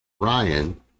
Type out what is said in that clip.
Ryan